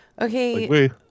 Okay